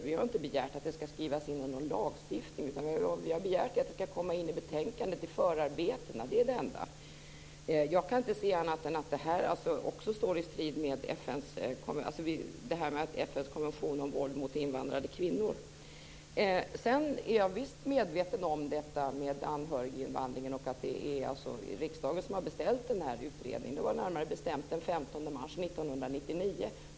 Vi har inte begärt att det ska skrivas in i någon lagstiftning, utan det enda vi har begärt är att det ska komma in i förarbetena i betänkandet. Jag kan inte se annat än att det här också står i strid med FN:s konvention om våld mot invandrade kvinnor. Sedan är jag visst medveten om att det är riksdagen som har beställt utredningen om anhöriginvandringen. Det var närmare bestämt den 15 mars 1999.